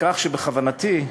בכך שבכוונתי,